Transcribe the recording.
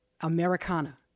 Americana